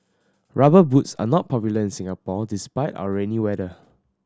Rubber Boots are not popular in Singapore despite our rainy weather